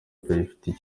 babafitiye